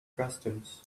frustums